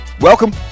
Welcome